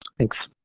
thanks.